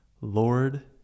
Lord